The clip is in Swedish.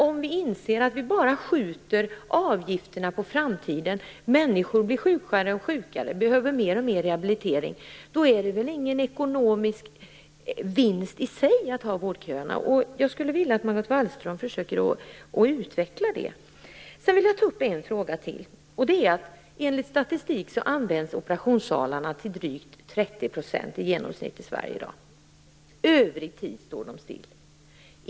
Om vi inser att vi bara skjuter avgifterna på framtiden, så att människor blir sjukare och sjukare och behöver mer och mer rehabilitering, då innebär väl inte vårdköerna någon ekonomisk vinst i sig. Jag skulle vilja att Margot Wallström försökte utveckla det här. Jag vill också ta upp en fråga till. Enligt statistik används operationssalarna i Sverige i dag till i genomsnitt drygt 30 %. Under övrig tid förekommer där ingen aktivitet.